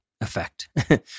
effect